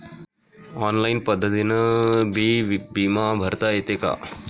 Online पद्धतीनं बी बिमा भरता येते का?